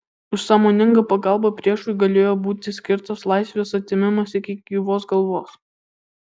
už sąmoningą pagalbą priešui galėjo būti skirtas laisvės atėmimas iki gyvos galvos